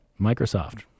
Microsoft